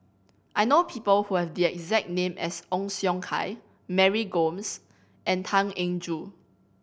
I know people who have the exact name as Ong Siong Kai Mary Gomes and Tan Eng Joo